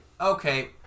okay